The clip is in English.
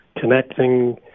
connecting